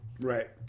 Right